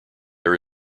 are